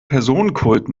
personenkult